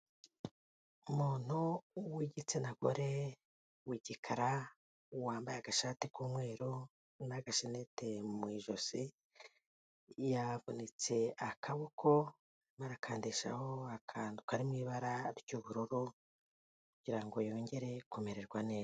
Umuntu w'igitsina gore w'igikara wambaye agashati k'umweru n'agashanete mu ijosi, yavunitse akaboko arimo arakandishaho akantu mu ibara ry'ubururu kugira ngo yongere kumererwa neza.